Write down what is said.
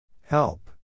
Help